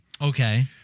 Okay